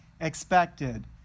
expected